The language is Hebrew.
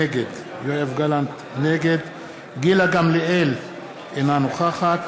נגד גילה גמליאל, אינה נוכחת